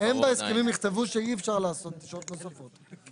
הם בהסכמים יכתבו שאי אפשר לעשות שעות נוספות.